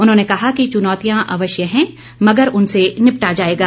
उन्होंने कहा कि चुनौतियां अवश्य है मगर उनसे निपटा जाएगा